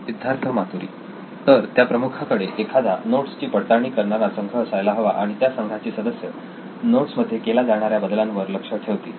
सिद्धार्थ मातुरी तर त्या प्रमुखाकडे एखादा नोट्स ची पडताळणी करणारा संघ असायला हवा आणि त्या संघाचे सदस्य नोट्समध्ये केल्या जाणाऱ्या बदलांवर लक्ष ठेवतील